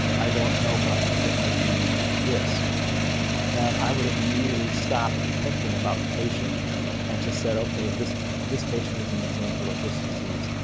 i don't know, but i think it might be this that i would have immediately stopped thinking about the patient and just said, okay. this this patient is an example of this disease.